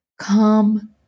come